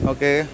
Okay